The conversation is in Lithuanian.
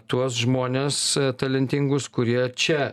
tuos žmones talentingus kurie čia